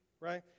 Right